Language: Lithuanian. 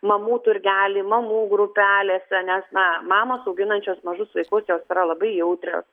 mamų turgely mamų grupelėse nes na mamos auginančios mažus vaikus jos yra labai jautrios